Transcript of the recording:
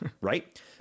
Right